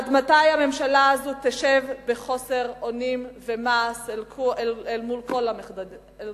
עד מתי הממשלה הזו תשב בחוסר אונים ומעש אל מול כל המחדלים הללו?